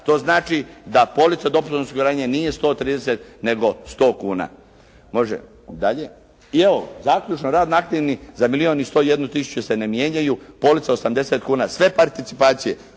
to znači da polica dopunskog osiguranja nije 130 nego 100 kuna. Može dalje. I ovo zaključno. Radno aktivni za milijun i 101 tisuću se ne mijenjaju, police 80 kuna, sve participacije,